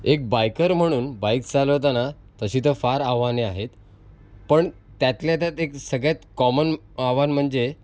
एक बायकर म्हणून बाइक चालवताना तशी तर फार आव्हाने आहेत पण त्यातल्या त्यात एक सगळ्यात कॉमन आव्हान म्हणजे